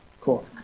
Cool